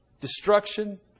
destruction